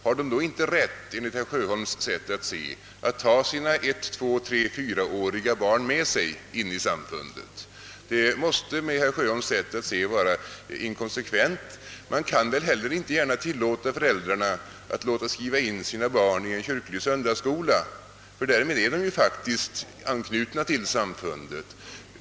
Har de, enligt herr Sjöholms sätt att se, inte rätt att ta sina ett-, tvåtreeller fyraåriga barn med sig in i samfundet? Detta måste med häns synsätt vara inkonsekvent. Man kan väl inte heller gärna tillåta föräldrarna att skriva in sina barn i en kyrklig söndagsskola, ty därmed är de faktiskt anknutna till samfundet.